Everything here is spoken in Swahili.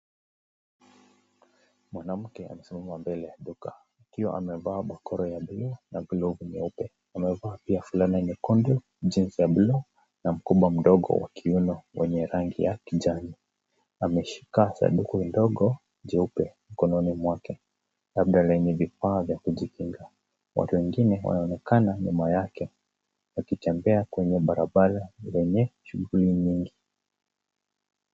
Mwanamke amesimama mbele ya duka. Akiwa amevaa bakora ya blue na glove nyeupe. Amevaa pia fulana nyekundu, jeans za blue na mkoba mdogo wa kiuno wenye rangi ya kijani. Ameshika sanduku ndogo jeupe mkononi mwake labda lenye vifaa vya kujikinga. Watu wengine wanaonekana nyuma yake wakitembea kwenye barabara lenye shughuli nyingi.